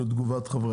ולתגובת חברי